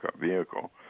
vehicle